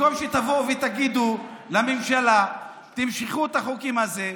במקום שתגידו לממשלה: תמשכו את החוקים האלה,